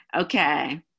okay